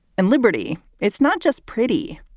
and liberty it's not just pretty.